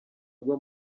agwa